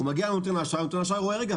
הוא מגיע לנותן האשראי ונותן האשראי אומר: רגע,